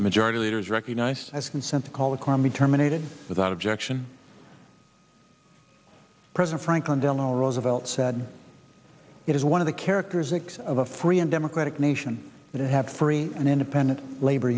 akaka majority leader is recognized as consensus call economy terminated without objection president franklin delano roosevelt said it is one of the characters excess of a free and democratic nation that had free and independent labor